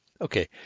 Okay